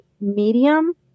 medium